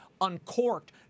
uncorked